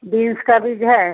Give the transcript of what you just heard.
beans का बीज है